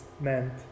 meant